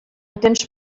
tens